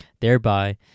thereby